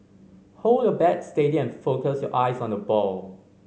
hold your bat steady and focus your eyes on the ball